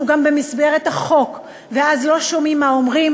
שהוא גם במסגרת החוק, ואז לא שומעים מה אומרים.